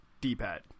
D-pad